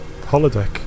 Holodeck